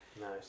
Nice